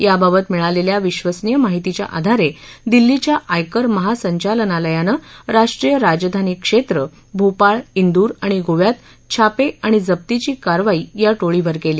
याबाबत मिळालेल्या विश्वसनीय माहितीच्या आधारे दिल्लीच्या आयकर महासंचालनालयानं राष्ट्रीय राजधानी क्षेत्र भोपाळ दूर आणि गोव्यात छापे आणि जप्तीची कारवाई या टोळीवर केली